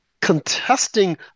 contesting